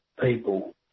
people